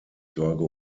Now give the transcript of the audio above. sorge